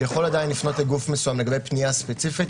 הוא יכול עדיין לפנות לגוף מסוים לגבי פנייה ספציפית,